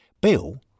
Bill